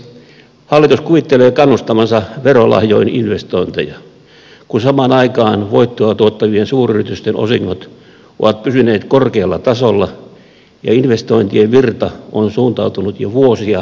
hallitus kuvittelee kannustavansa verolahjoin investointeja kun samaan aikaan voittoa tuottavien suuryritysten osingot ovat pysyneet korkealla tasolla ja investointien virta on suuntautunut jo vuosia muualle kuin suomeen